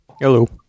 Hello